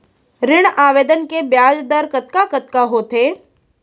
ऋण आवेदन के ब्याज दर कतका कतका होथे?